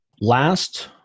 Last